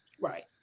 right